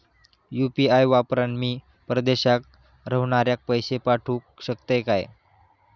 UPI वापरान मी परदेशाक रव्हनाऱ्याक पैशे पाठवु शकतय काय?